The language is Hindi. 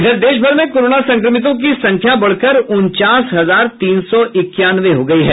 इधर देश भर में कोरोना संक्रमितों की संख्या बढ़कर उनचास हजार तीन सौ इक्यानवे हो गयी है